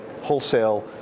wholesale